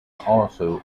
also